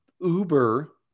uber